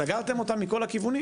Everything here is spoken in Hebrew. סגרתם אותם מכל הכיוונים.